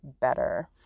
better